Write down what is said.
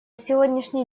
сегодняшний